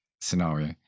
scenario